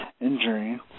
injury